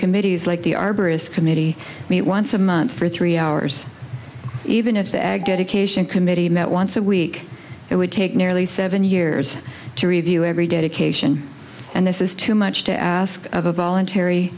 committees like the arborists committee meet once a month for three hours even if the ag education committee met once a week it would take nearly seven years to review every data cation and this is too much to ask of a voluntary